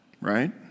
Right